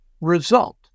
result